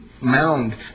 mound